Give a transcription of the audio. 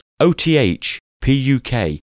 othpuk